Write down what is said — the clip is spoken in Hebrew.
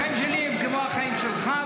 החיים שלי הם כמו החיים שלך.